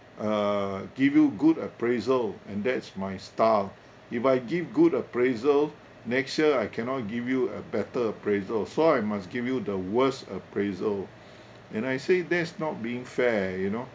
uh give you good appraisal and that's my style if I give good appraisal next year I cannot give you a better appraisal so I must give you the worst appraisal and I say that's not being fair you know